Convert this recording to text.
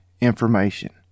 information